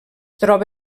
troba